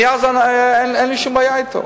מאז אין לי שום בעיה אתו.